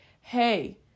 Hey